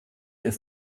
ist